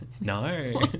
No